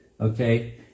okay